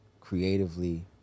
creatively